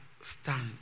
stand